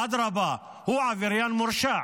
אדרבה, הוא עבריין מורשע,